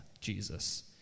Jesus